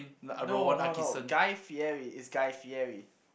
no no no guy-fieri it's guy-fieri